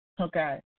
okay